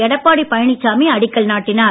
எடப்பாடி பழனிசாமி அடிக்கல் நாட்டினார்